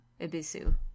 Ibisu